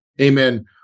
Amen